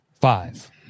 Five